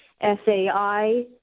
SAI